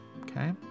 Okay